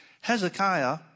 Hezekiah